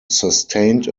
sustained